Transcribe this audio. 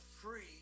free